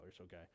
okay